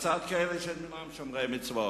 לצד כאלה שאינם שומרי מצוות.